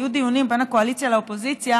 היו דיונים בין הקואליציה לאופוזיציה